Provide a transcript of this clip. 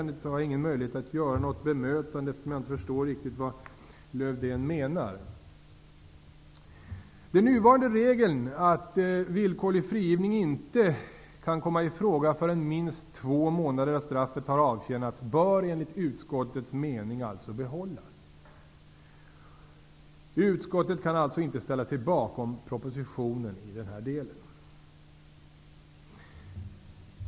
Den nuvarande regeln att villkorlig frigivning inte kan komma i fråga förrän minst två månader av straffet har avtjänats bör enligt utskottets mening behållas. Utskottet kan alltså inte ställa sig bakom propositionen i denna del.